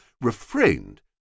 refrained